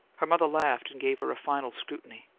her mother laughed and gave her a final scrutiny.